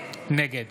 נגד